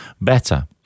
better